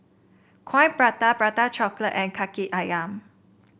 Coin Prata Prata Chocolate and kaki ayam